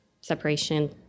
separation